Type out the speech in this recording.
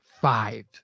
five